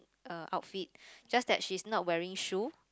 uh outfit just that she's not wearing shoe